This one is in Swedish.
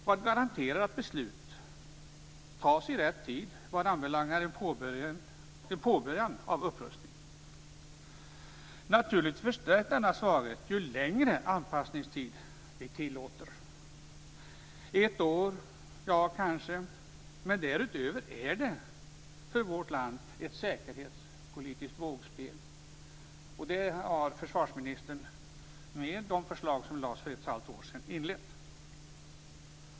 Vad garanterar att beslut fattas i rätt tid vad anbelangar en påbörjan av upprustning? Naturligtvis förstärks denna svaghet ju längre anpassningstid vi tillåter. Ett år, ja kanske, men därutöver är det för vårt land ett säkerhetspolitiskt vågspel. Det har försvarsministern med de förslag som lades fram för ett halvår sedan inlett.